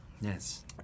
Yes